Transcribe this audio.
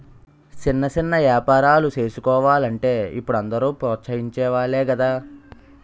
సిన్న సిన్న ఏపారాలు సేసుకోలంటే ఇప్పుడు అందరూ ప్రోత్సహించె వోలే గదా